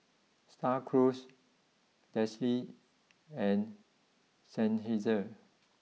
Star Cruise Delsey and Seinheiser